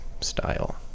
style